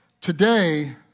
Today